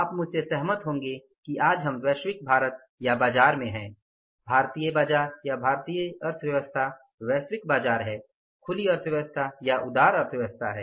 आप मुझसे सहमत होंगे कि आज हम वैश्विक भारत या बाजार में हैं भारतीय बाजार या भारतीय अर्थव्यवस्था वैश्विक बाजार है खुली अर्थव्यवस्था या उदार अर्थव्यवस्था है